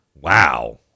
Wow